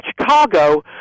Chicago